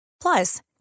Plus